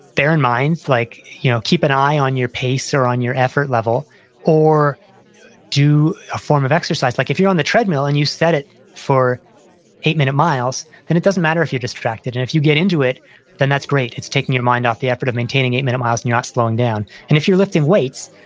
bear in mind like you know keep an eye on your pace or on your effort level or do a form of exercise. like if you're on the treadmill and you've set it for eight minute miles, then it doesn't matter if you're distracted and if you get into it then that's great it's taking your mind off the effort of maintaining eight minute miles and you're not slowing down and if you're lifting weights,